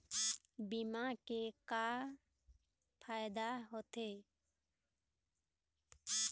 बीमा के का फायदा होते?